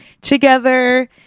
together